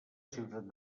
ciutat